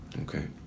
Okay